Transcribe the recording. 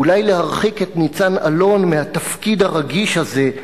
אולי להרחיק את ניצן אלון מהתפקיד הרגיש הזה,